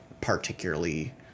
particularly